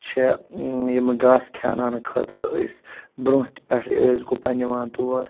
چھِ یِم گاسہٕ کھیٛاوناونہٕ خٲطرٕ أسۍ برٛونٛہہ تہِ پٮ۪ٹھٔے ٲسۍ گُپَن نِوان تور